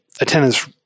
attendance